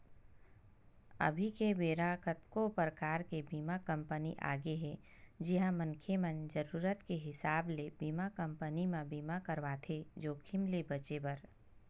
अभी के बेरा कतको परकार के बीमा कंपनी आगे हे जिहां मनखे मन जरुरत के हिसाब ले बीमा कंपनी म बीमा करवाथे जोखिम ले बचें बर